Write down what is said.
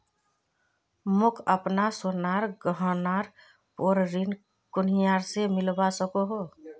मोक अपना सोनार गहनार पोर ऋण कुनियाँ से मिलवा सको हो?